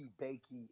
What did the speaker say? Bakey